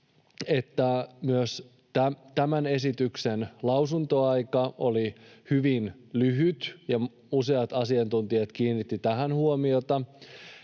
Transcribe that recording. että myös tämän esityksen lausuntoaika oli hyvin lyhyt ja useat asiantuntijat kiinnittivät tähän huomiota.